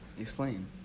Explain